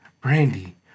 Brandy